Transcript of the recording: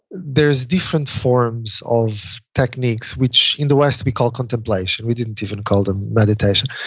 there's different forms of techniques. which in the west, we call contemplation. we didn't even call them meditation.